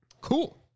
Cool